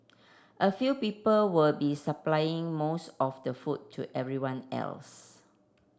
a few people will be supplying most of the food to everyone else